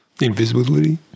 Invisibility